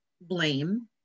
blame